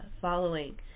following